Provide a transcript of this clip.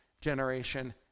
generation